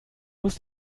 musst